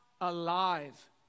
alive